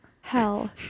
hell